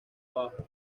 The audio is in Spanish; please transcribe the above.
abajo